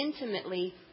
intimately